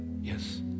Yes